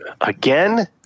Again